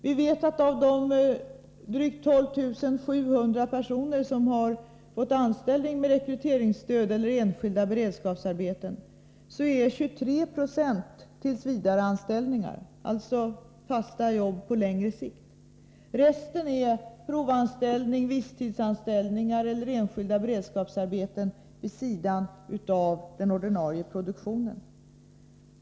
Vi vet att av de drygt 12 700 personer som har fått anställning med rekryteringsstöd eller i enskilda beredskapsarbeten har 23 26 tillsvidareanställningar, dvs. fasta jobb på längre sikt. Resten är provanställningar, visstidsanställningar och enskilda beredskapsarbeten vid sidan av den ordinarie produktionen.